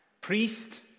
priest